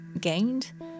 gained